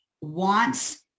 wants